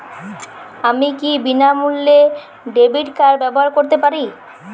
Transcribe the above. আমি কি বিনামূল্যে ডেবিট কার্ড ব্যাবহার করতে পারি?